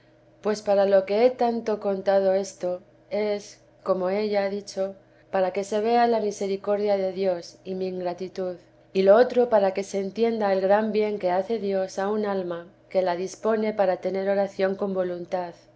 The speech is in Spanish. pues para lo que he tanto contado esto es como he ya dicho para que se vea la misericordia de dios y mi ingratitud y lo otro para que se entienda el gran bien que hace dios a un alma que la dispone para tener oración con voluntad